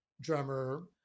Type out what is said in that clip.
drummer